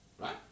right